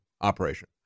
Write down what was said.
operation